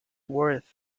worth